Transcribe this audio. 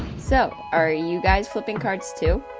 so are you guys flipping cards too?